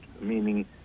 meaning